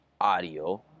audio